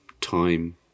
time